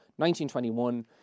1921